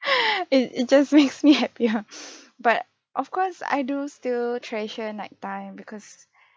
it it just makes me happier but of course I do still treasure night time because